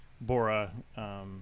Bora